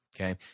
Okay